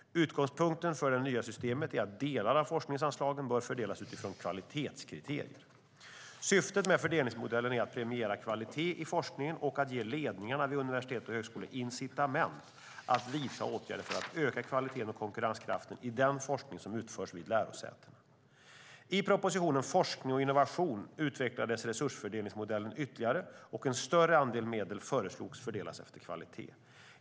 Utgångspunkten för det nya systemet är att delar av forskningsanslagen bör fördelas utifrån kvalitetskriterier. Syftet med fördelningsmodellen är att premiera kvalitet i forskningen och att ge ledningarna vid universitet och högskolor incitament att vidta åtgärder för att öka kvaliteten och konkurrenskraften i den forskning som utförs vid lärosätena. I propositionen Forskning och innovation utvecklades resursfördelningsmodellen ytterligare, och en större andel medel föreslogs fördelas efter kvalitet.